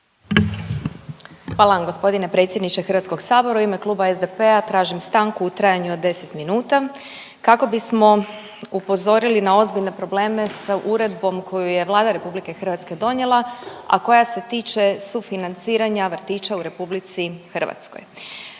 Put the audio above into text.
Hvala vam g. predsjedniče HS. U ime Kluba SDP-a tražim stanku u trajanju od 10 minuta kako bismo upozorili na ozbiljne probleme sa uredbom koju je Vlada RH donijela, a koja se tiče sufinanciranja vrtića u RH.